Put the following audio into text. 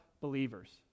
believers